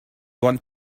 want